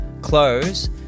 close